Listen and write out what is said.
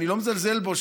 אני לא מזלזל בו,